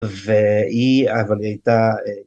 והיא אבל היא הייתה